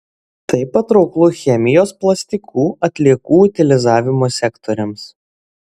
tai patrauklu chemijos plastikų atliekų utilizavimo sektoriams